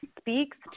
speaks